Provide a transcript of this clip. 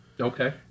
Okay